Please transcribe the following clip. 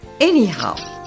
Anyhow